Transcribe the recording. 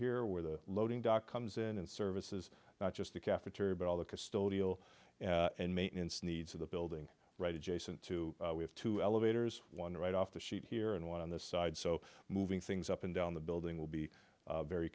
here where the loading dock comes in and services not just the cafeteria but all the custodial and maintenance needs of the building right adjacent to we have to elevators one right off the sheet here and one on the side so moving things up and down the building will be very